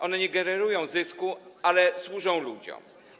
One nie generują zysku, ale służą ludziom.